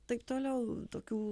taip toliau